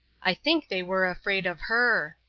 i think they were afraid of her.